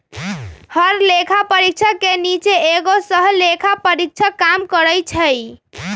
हर लेखा परीक्षक के नीचे एगो सहलेखा परीक्षक काम करई छई